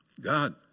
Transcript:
God